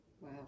Wow